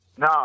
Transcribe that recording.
No